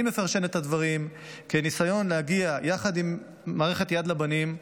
אני מפרשן את הדברים כניסיון להגיע יחד עם מערכת יד לבנים,